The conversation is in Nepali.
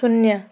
शून्य